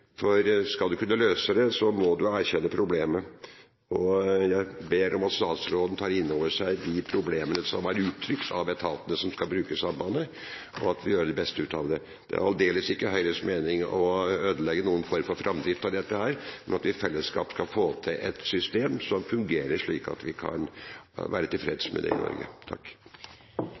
for skal du kunne løse det, må du erkjenne problemet. Jeg ber om at statsråden tar inn over seg de problemene som er uttrykt av etatene som skal bruke sambandet, og at vi gjør det beste ut av det. Det er aldeles ikke Høyres mening å ødelegge noen form for framdrift av dette, men at vi i fellesskap skal få til et system som fungerer slik at vi kan være tilfreds med det.